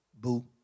boo